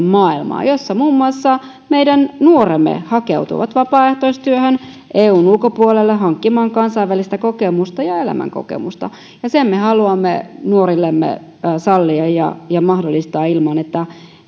maailmaan jossa muun muassa meidän nuoremme hakeutuvat vapaaehtoistyöhön eun ulkopuolelle hankkimaan kansainvälistä kokemusta ja elämänkokemusta sen me haluamme nuorillemme sallia ja ja mahdollistaa ilman että